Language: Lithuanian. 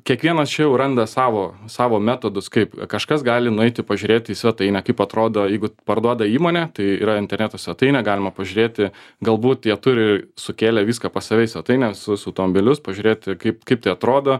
kiekvienas čia jau randa savo savo metodus kaip kažkas gali nueiti pažiūrėti į svetainę kaip atrodo jeigu parduoda įmonė tai yra interneto svetainė galima pažiūrėti galbūt jie turi sukėlę viską pas save į svetainę visus autombilius pažiūrėti kaip kaip tai atrodo